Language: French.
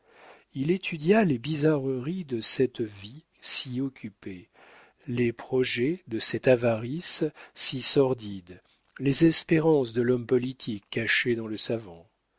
il étudia les bizarreries de cette vie si occupée les projets de cette avarice si sordide les espérances de l'homme politique caché dans le savant